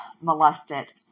molested